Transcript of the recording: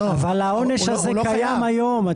אבל העונש הזה קיים היום.